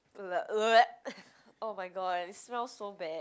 oh-my-god it smells so bad